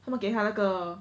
他们给他那个